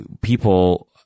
people